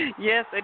Yes